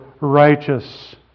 righteous